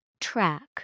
track